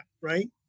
right